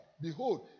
Behold